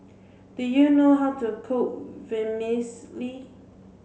do you know how to cook Vermicelli